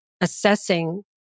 assessing